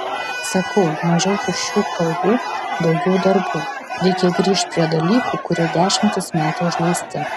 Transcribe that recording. sakau mažiau tuščių kalbų daugiau darbų reikia grįžt prie dalykų kurie dešimtis metų užleisti